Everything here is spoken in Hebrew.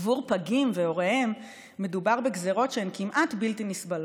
עבור פגים והוריהם מדובר בגזרות שהן כמעט בלתי נסבלות.